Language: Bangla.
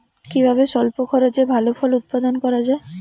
কিভাবে স্বল্প খরচে ভালো ফল উৎপাদন করা যায়?